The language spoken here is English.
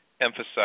emphasize